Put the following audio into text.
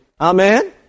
Amen